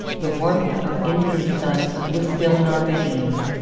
the warmth of indian suns was still in our veins.